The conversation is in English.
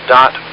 Dot